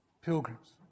pilgrims